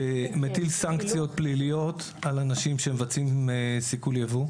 שמטיל סנקציות פליליות על אנשים שמבצעים סיכול יבוא.